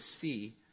see